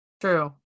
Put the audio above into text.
True